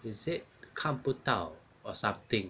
is it 看不到 or something